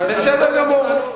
בסדר גמור.